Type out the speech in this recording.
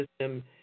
system